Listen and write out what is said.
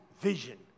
vision